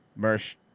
Mersh